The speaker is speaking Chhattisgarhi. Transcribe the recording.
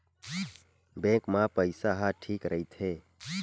बैंक मा पईसा ह ठीक राइथे?